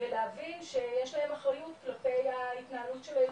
ולהבין שיש להם אחריות כלפי ההתנהלות של הילדים,